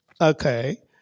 Okay